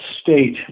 state